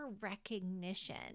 recognition